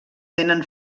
tenen